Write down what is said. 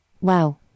Wow